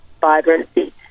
vibrancy